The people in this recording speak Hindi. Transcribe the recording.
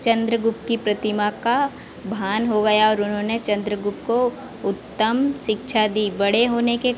चन्द्रगुप्त की प्रतिमा का भान हो गया और उन्होंने चन्द्रगुप्त को उत्तम शिक्षा दी बड़े होने के